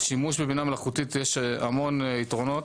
לשימוש בבינה מלאכותית יש המון יתרונות.